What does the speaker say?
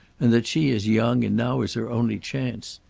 and that she is young and now is her only chance.